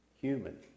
human